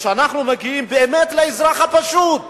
וכשאנחנו מגיעים באמת לאזרח הפשוט,